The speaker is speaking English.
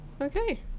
Okay